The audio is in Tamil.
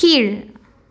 கீழ்